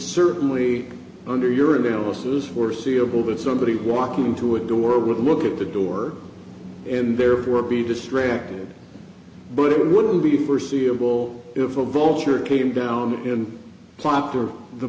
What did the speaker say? certainly under your analysis foreseeable that somebody walking into a door would look at the door and therefore be distracted but it wouldn't be for seeable if a vulture came down